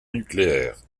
nucléaire